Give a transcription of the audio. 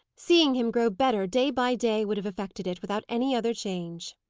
seeing him grow better day by day would have effected it, without any other change.